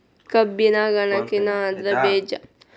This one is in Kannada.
ಕಬ್ಬಿನ ಗನಕಿನ ಅದ್ರ ಬೇಜಾ